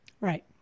Right